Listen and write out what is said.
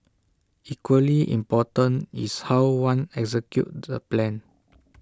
equally important is how one executes the plan